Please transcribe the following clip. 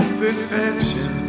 perfection